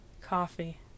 Coffee